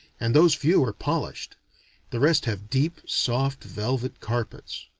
and those few are polished the rest have deep soft velvet carpets.